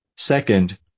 Second